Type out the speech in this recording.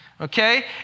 okay